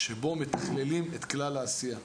שבו מתכללים את כלל העשייה.